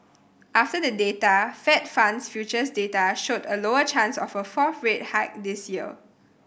after the data Fed funds futures data showed a lower chance of a fourth rate hike this year